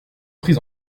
prise